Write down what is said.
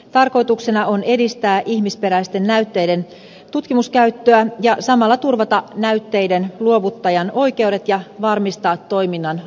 tarkoituksena on edistää ihmisperäisten näytteiden tutkimuskäyttöä ja samalla turvata näytteiden luovuttajan oikeudet ja varmistaa toiminnan asianmukaisuus